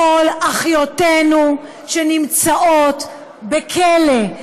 קול אחיותינו שנמצאות בכלא,